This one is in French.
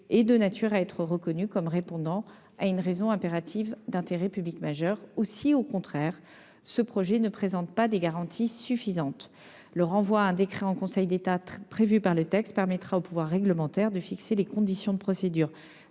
un projet peut être reconnu comme répondant à une raison impérative d'intérêt public majeur ou si, au contraire, il ne présente pas les garanties suffisantes pour l'être. Le renvoi à un décret en Conseil d'État prévu par le projet de loi permettra au pouvoir réglementaire de fixer les conditions de procédures